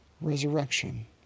Resurrection